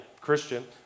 Christian